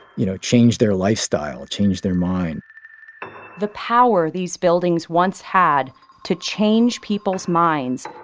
you know change their lifestyle, change their mind the power these buildings once had to change peoples' minds,